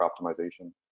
optimization